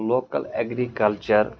local agriculture